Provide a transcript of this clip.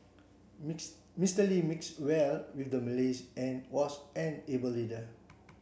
Mr Lee mixed well with the Malay's and was an able leader